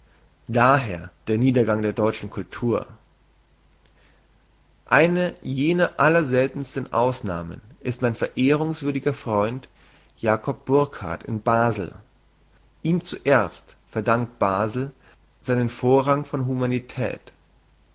daher der niedergang der deutschen cultur eine jener allerseltensten ausnahmen ist mein verehrungswürdiger freund jakob burckhardt in basel ihm zuerst verdankt basel seinen vorrang von humanität